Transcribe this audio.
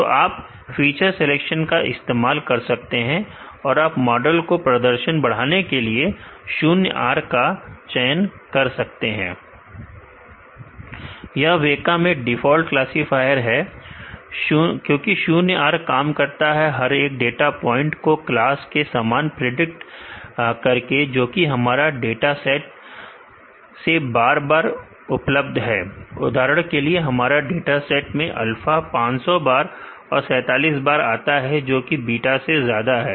तो आप feature selection का इस्तेमाल कर सकते हैं अपने मॉडल के प्रदर्शन को बढ़ाने के लिए मैं शून्य R का चयन करता हूं यह वेका में डिफॉल्ट क्लासीफायर है क्योंकि शून्य R काम करता है हर एक डाटा प्वाइंट को क्लास के समान प्रिडिक्ट करके जोकि हमारे डाटा सेट में बार बार उपलब्ध है उदाहरण के लिए हमारे डाटा सेट में अल्फा 500 बार और 47 बार आता है जोकि बीटा से ज्यादा है